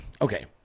okay